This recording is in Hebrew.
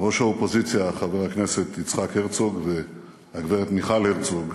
ראש האופוזיציה חבר הכנסת יצחק הרצוג והגברת מיכל הרצוג,